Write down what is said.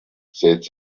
said